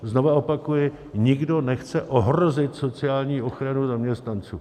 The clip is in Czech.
Znova opakuji, nikdo nechce ohrozit sociální ochranu zaměstnanců.